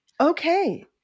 Okay